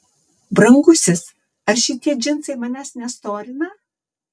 brangusis ar šitie džinsai manęs nestorina